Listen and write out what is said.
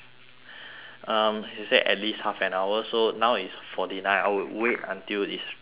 um he said at least half an hour so now is forty nine I would wait until it's three hours